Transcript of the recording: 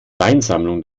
weinsammlung